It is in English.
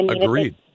agreed